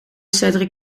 cedric